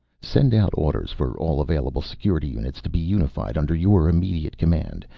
send out orders for all available security units to be unified under your immediate command.